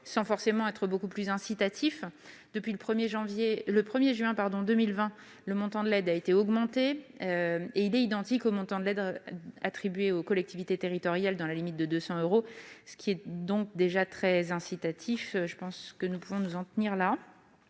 sans forcément être beaucoup plus incitatif. Depuis le 1juin 2020, le montant de l'aide a été augmenté ; il est identique au montant de l'aide attribuée par les collectivités territoriales, dans la limite de 200 euros. C'est déjà très incitatif, je pense donc que nous pouvons nous en tenir là.